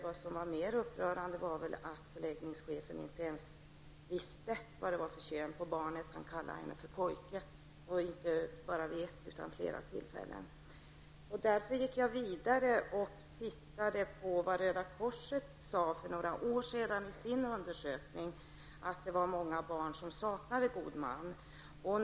Vad som var mer upprörande var att förläggningschefen inte ens visste vad det var för kön på barnet. Han kallade henne för pojke, inte bara vid ett utan vid flera tillfällen. Jag gick vidare och studerade Röda korsets undersökning för några år sedan, där man framhöll att många barn saknar god man.